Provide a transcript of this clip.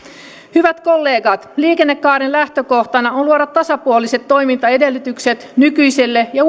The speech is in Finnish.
hyvät kollegat liikennekaaren lähtökohtana on luoda tasapuoliset toimintaedellytykset nykyisille ja